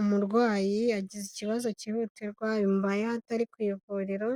Umurwayi yagize ikibazo kihutirwa bimubayeho atari ku ivuriro